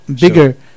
bigger